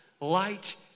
light